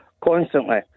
constantly